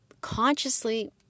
consciously